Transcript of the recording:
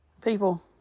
people